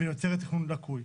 ויוצרת תכנון לקוי.